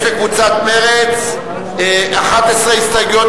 יש לקבוצת מרצ 11 הסתייגויות.